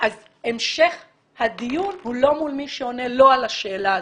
אז המשך הדיון הוא לא מול מי שעונה לא על השאלה הזאת.